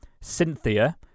Cynthia